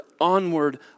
onward